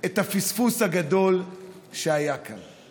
אתמול, באירוע מיוחד בממשלה ובבית